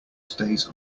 stays